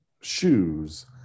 shoes